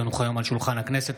כי הונחו היום על שולחן הכנסת,